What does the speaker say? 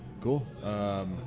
Cool